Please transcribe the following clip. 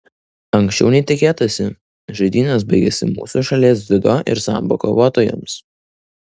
anksčiau nei tikėtasi žaidynės baigėsi mūsų šalies dziudo ir sambo kovotojams